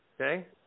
Okay